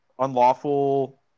Unlawful